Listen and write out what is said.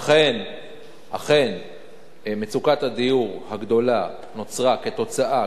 אכן מצוקת הדיור הגדולה נוצרה כתוצאה,